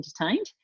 entertained